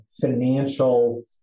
financial